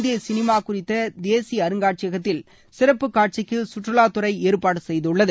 இந்திய சினிமா குறித்த தேசிய அருங்காட்சியகத்தில் சிறப்புக் காட்சிக்கு சுற்றுலாத்துறை ஏற்பாடு செய்துள்ளது